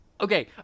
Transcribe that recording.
Okay